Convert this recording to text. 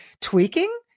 tweaking